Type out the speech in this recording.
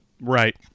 right